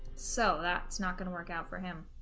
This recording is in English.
so that's not gonna work out for him